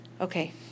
Okay